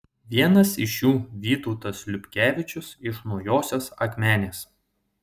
vienas iš jų vytautas liubkevičius iš naujosios akmenės